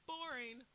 Boring